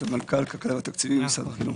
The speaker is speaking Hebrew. סמנכ"ל כלכלה ותקציבים, משרד החינוך.